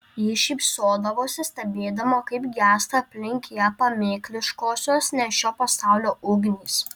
ji šypsodavosi stebėdama kaip gęsta aplink ją pamėkliškosios ne šio pasaulio ugnys